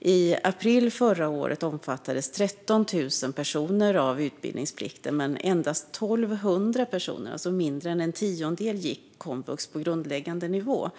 I april förra året omfattades 13 000 personer av utbildningsplikten, men endast 1 200 personer, alltså mindre än en tiondel, gick på komvux på grundläggande nivå.